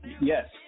Yes